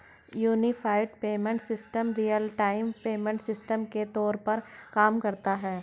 unified payment system real time payment system के तौर पर काम करता है